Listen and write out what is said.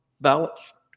balance